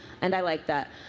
and i like that.